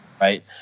right